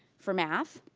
for math,